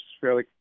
fairly